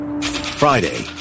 Friday